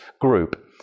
group